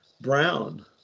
Brown